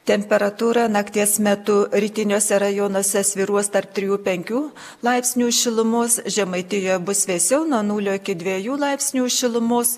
temperatūra nakties metu rytiniuose rajonuose svyruos tarp trijų penkių laipsnių šilumos žemaitijoje bus vėsiau nuo nulio iki dviejų laipsnių šilumos